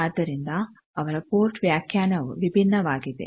ಆದ್ದರಿಂದ ಅವರ ಪೋರ್ಟ್ ವ್ಯಾಖ್ಯಾನವು ವಿಭಿನ್ನವಾಗಿದೆ